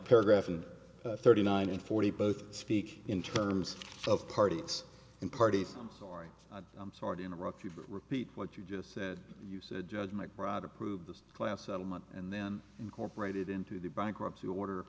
paragraph and thirty nine and forty both speak in terms of parties and parties i'm sorry i'm sorry to interrupt you repeat what you just said you said judgment rod approved this class settlement and then incorporated into the bankruptcy order